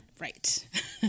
Right